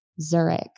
Zurich